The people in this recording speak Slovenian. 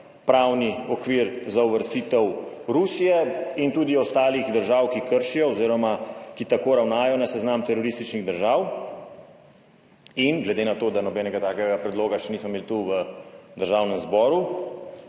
pravni okvir za uvrstitev Rusije in tudi ostalih držav, ki kršijo oziroma ki tako ravnajo, na seznam terorističnih držav in glede na to, da nobenega takega predloga še nismo imeli tu v Državnem zboru,